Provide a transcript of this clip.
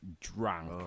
drunk